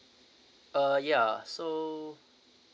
uh ya so